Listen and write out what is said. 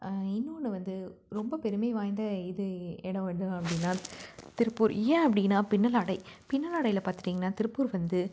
இன்னொன்று வந்து ரொம்பப் பெருமை வாய்ந்த இது இடம் எது அப்படின்னா திருப்பூர் ஏன் அப்படின்னா பின்னலாடை பின்னலாடையில் பார்த்துட்டீங்கன்னா திருப்பூர் வந்து